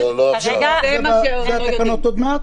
בהקשר אחר,